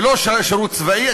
ולא שירות צבאי.